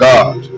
God